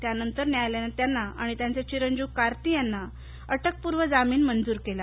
त्यानंतर न्यायालयानं त्यांना आणि त्यांचे चिरंजीव कार्ती यांना अ ऊपूर्व जामीन मंजूर केला